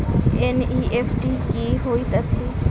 NEFT की होइत अछि?